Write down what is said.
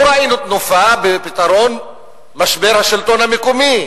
לא ראינו תנופה בפתרון משבר השלטון המקומי.